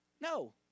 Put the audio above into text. no